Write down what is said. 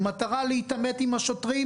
במטרה להתעמת עם השוטרים,